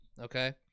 okay